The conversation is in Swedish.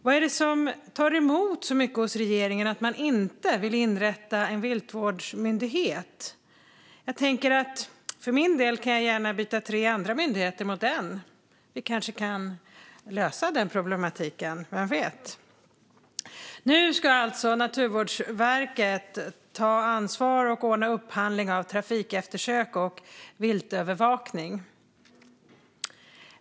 Vad är det som tar emot så mycket hos regeringen och som gör att man inte vill inrätta en viltvårdsmyndighet? För min del kan jag gärna byta tre andra myndigheter mot den. Vi kanske kan lösa den problematiken, vem vet? Nu ska Naturvårdsverket ta ansvar och ordna upphandling av trafikeftersök och viltövervakning.